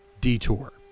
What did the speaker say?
Detour